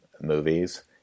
movies